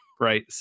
right